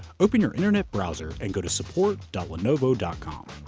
open your internet browser and go to support lenovo and com.